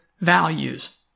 values